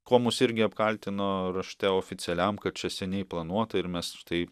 kuo mus irgi apkaltino rašte oficialiam kad čia seniai planuota ir mes tai